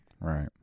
right